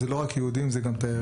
זה לא רק יהודים, זה גם תיירים.